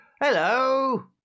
hello